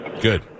Good